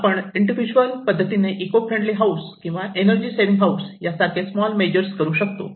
आपण इंडिविदुलस पद्धतीने eco friendly house किंवा एनर्जी सेविंग हाऊस यासारखे स्मॉल मेजर्स करू शकतो